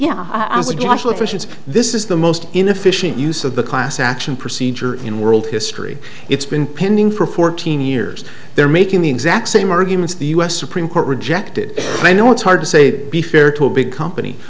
efficiency this is the most inefficient use of the class action procedure in world history it's been pending for fourteen years they're making the exact same arguments the us supreme court rejected i know it's hard to say be fair to a big company